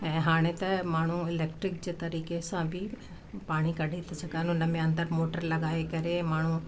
ऐं हाणे त माण्हू इलेक्ट्रिक जे तरीक़े सां बि पाणी कढी था सघनि उन में मोटर लॻाए करे माण्हू